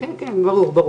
כן, ברור.